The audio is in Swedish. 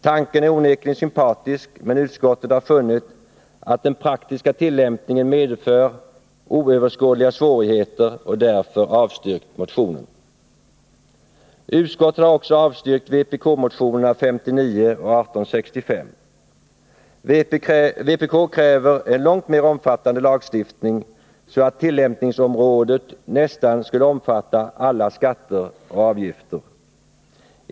Tanken är onekligen sympatisk, men utskottet har funnit att den praktiska tillämpningen medför oöverskådliga svårigheter och därför avstyrkt motionen. Utskottet har också avstyrkt vpk-motionerna 59 och 1865. Vpk kräver en långt mer omfattande lagstiftning så att tillämpningsområdet nästan skulle omfatta alla skatter och avgifter.